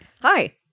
Hi